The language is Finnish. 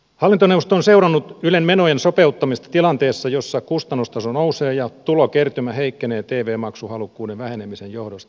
hallintoneuvosto on seurannut ylen menojen sopeuttamista tilanteessa jossa kustannustaso nousee ja tulokertymä heikkenee tv maksuhalukkuuden vähenemisen johdosta